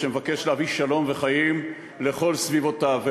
שמבקש להביא שלום וחיים לכל סביבותיו,